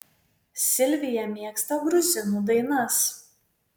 silvija mėgsta gruzinų dainas